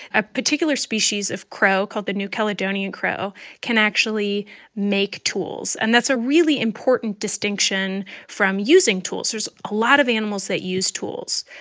a particular species of crow called the new caledonian crow can actually make tools. and that's a really important distinction from using tools there's a lot of animals that use tools.